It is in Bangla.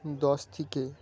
দশ থেকে